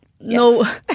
no